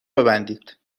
ببندید